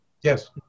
Yes